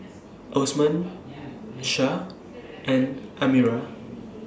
Osman Syah and Amirah